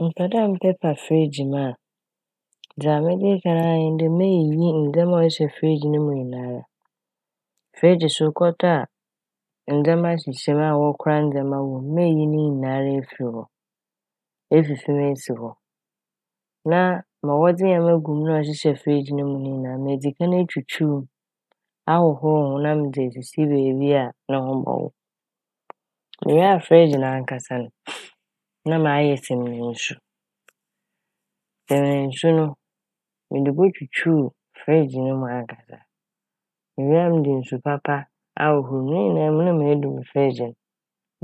Mepɛ dɛ mepepa "fridge" mu a dza medzi kan ayɛ nye dɛ meyiyi ndzɛma a ɔhyehyɛ "fridge" no mu nyinara. "Fridge" so ekɔtɔ a ndzɛma hyehyɛ m' a wokora ndzɛma wɔ mu, meyiyi ne nyinara efi hɔ, efifi m' esi hɔ. Na ma wɔdze ndzɛma gu mu a ɔhyehyɛ "fridge" no mu no medzi nkan etwutwuuw m' ahohoor ho na medze esisi beebi a no ho bɔ wow. Ewie "fridge" nankasa no na mayɛ samina nsu. Samina nsu no mede botwutwuuw "fridge" no mu ankasa, mewie a mede nsu papa ahohoor mu. Ne nyinaa mu no na medum "fridge" n'